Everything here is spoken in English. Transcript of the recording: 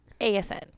ASN